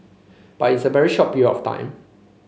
but it's a very short period of time